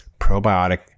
probiotic